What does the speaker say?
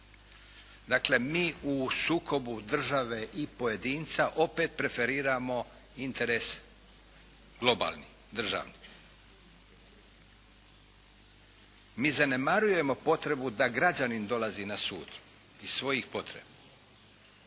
Dakle mi u sukobu države i pojedinca opet preferiramo interes globalni državni. Mi zanemarujemo potrebu da građanin dolazi na sud iz svojih potreba.